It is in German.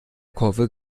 kurve